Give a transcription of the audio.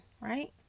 right